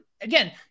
Again